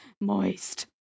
Moist